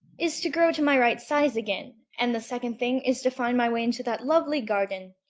is to grow to my right size again and the second thing is to find my way into that lovely garden.